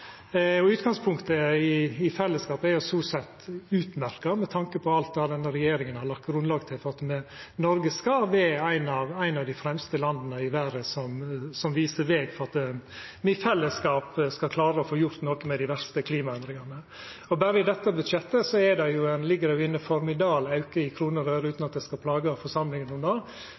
ytterlegare. Utgangspunktet i fellesskap er sånn sett utmerkt, med tanke på alt det denne regjeringa har gjort for å leggja grunnlaget for at Noreg skal vera eit av dei fremste landa i verda som viser veg for at me i fellesskap skal klara å få gjort noko med dei verste klimaendringane. Berre i dette budsjettet ligg det inne ein formidabel auke i kroner og øre – utan at eg skal plaga forsamlinga med det